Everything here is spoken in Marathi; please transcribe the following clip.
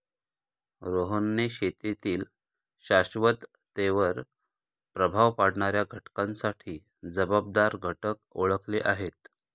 रोहनने शेतीतील शाश्वततेवर प्रभाव पाडणाऱ्या घटकांसाठी जबाबदार घटक ओळखले आहेत